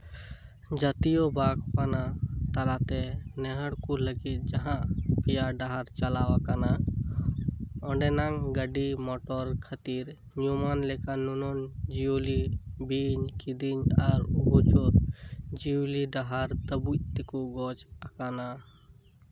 ᱡᱟᱹᱛᱤᱭᱟᱹᱨᱤ ᱵᱟᱜᱣᱟᱱ ᱛᱟᱞᱟᱛᱮ ᱱᱮᱦᱚᱲ ᱠᱩ ᱞᱟᱹᱜᱤᱫ ᱡᱟᱸᱦᱟ ᱯᱮᱭᱟ ᱰᱟᱦᱟᱨ ᱪᱟᱞᱟᱣ ᱟᱠᱟᱱᱟ ᱚᱸᱰᱮᱱᱟᱜ ᱜᱟᱹᱰᱤ ᱢᱚᱴᱚᱨ ᱠᱷᱟᱹᱛᱤᱨ ᱧᱩᱢᱟᱱ ᱞᱮᱠᱷᱟ ᱧᱩᱢᱟᱱ ᱡᱤᱭᱟᱹᱞᱤ ᱵᱤᱧ ᱠᱤᱫᱤᱧ ᱟᱨ ᱩᱵᱷᱚᱪᱚᱨ ᱡᱤᱭᱟᱹᱞᱤ ᱰᱟᱦᱟᱨ ᱛᱟᱹᱵᱩᱡ ᱛᱮᱠᱚ ᱜᱚᱡ ᱟᱠᱟᱱᱟ